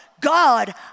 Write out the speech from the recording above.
God